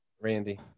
Randy